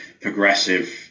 progressive